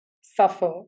suffer